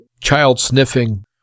child-sniffing